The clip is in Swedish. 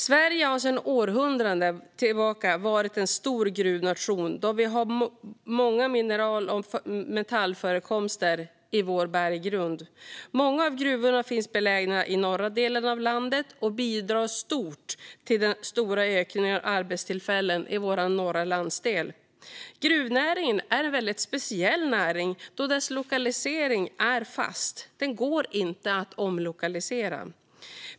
Sverige har sedan århundraden tillbaka varit en stor gruvnation eftersom vi har många mineral och metallförekomster i vår berggrund. Många av gruvorna finns belägna i norra delen av landet och bidrar stort till den stora ökningen av arbetstillfällen i vår norra landsdel. Gruvnäringen är en väldigt speciell näring, eftersom dess lokalisering är fast och inte går att omlokalisera.